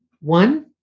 One